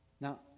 Now